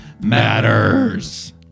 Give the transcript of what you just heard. Matters